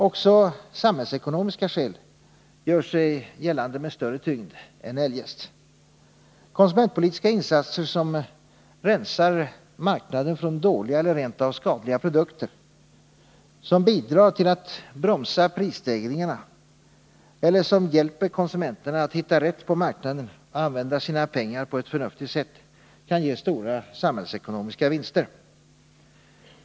Också samhällsekonomiska skäl gör sig gällande med större tyngd än eljest. Konsumentpolitiska insatser som rensar marknaden från dåliga eller rent av skadliga produkter, som bidrar till att bromsa prisstegringarna eller som hjälper konsumenterna att hitta rätt på marknaden och använda sina pengar på ett förnuftigt sätt kan ge stora samhällsekonomiska vinster.